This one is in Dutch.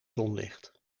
zonlicht